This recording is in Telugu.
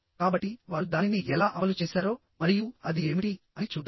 కాబట్టి వారు దానిని ఎలా అమలు చేశారో మరియు అది ఏమిటి అని చూద్దాం